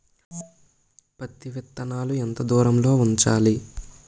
పత్తి విత్తనాలు ఎంత దూరంలో ఉంచాలి?